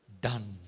done